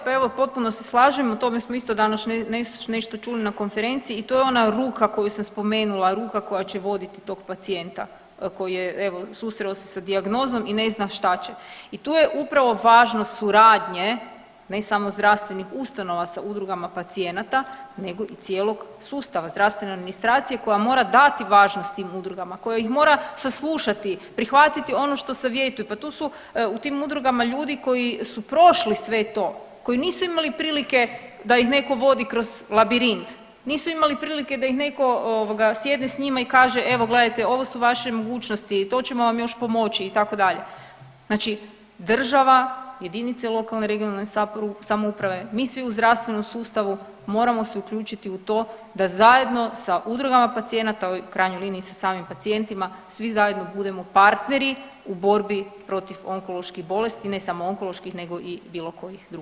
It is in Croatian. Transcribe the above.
Pa evo potpuno se slažem, o tome smo isto danas nešto čuli na konferenciji i to je ona ruka koju sam spomenula, ruka koja će voditi tog pacijenta koji je evo susreo se sa dijagnozom i ne zna šta će i tu je upravo važnost suradnje ne samo zdravstvenih ustanova sa udrugama pacijenata nego i cijelog sustava zdravstvene administracije koja mora dati važnost tim udrugama, koja ih mora saslušati, prihvatiti ono što savjetuju, pa tu su u tim udrugama ljudi koji su prošli sve to, koji nisu imali prilike da ih neko vodi kroz labirint, nisu imali prilike da ih neko ovoga sjedne s njima i kaže evo gledajte ovo su vaše mogućnosti, to ćemo vam još pomoći itd., znači država, jedinice lokalne i regionalne samouprave, mi svi u zdravstvenom sustavu moramo se uključiti u to da zajedno sa udrugama pacijenata, a u krajnjoj liniji sa samim pacijentima svi zajedno budemo partneri u borbi protiv onkoloških bolesti, ne samo onkoloških nego i bilo kojih drugih.